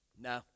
No